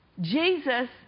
Jesus